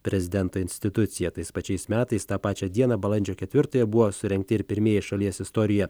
prezidento institucija tais pačiais metais tą pačią dieną balandžio ketvirtąją buvo surengti ir pirmieji šalies istorijoje